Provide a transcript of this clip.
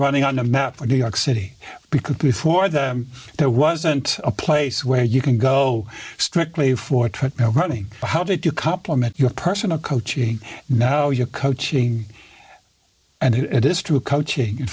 running on a map for new york city because before that there wasn't a place where you can go strictly for treadmill running how did you compliment your personal coaching now you're coaching and it is true coaching in